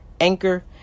Anchor